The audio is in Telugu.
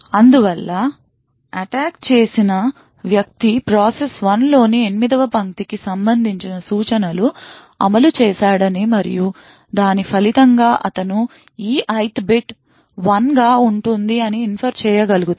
అందువల్ల అటాక్ చేసిన వ్యక్తి ప్రాసెస్ 1 లోని 8 వ పంక్తికి సంబంధించిన సూచనలు అమలు చేశాడని మరియు దాని ఫలితంగా అతను E Ith బిట్ 1 గా ఉంటుంది అని ఇన్ఫర్ చేయగలుగుతారు